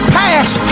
past